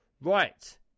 Right